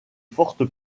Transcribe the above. forte